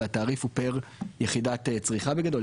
והתעריף הוא פר יחידת צריכה בגדול,